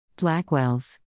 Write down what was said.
Blackwells